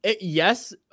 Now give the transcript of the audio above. yes